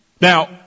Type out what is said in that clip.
Now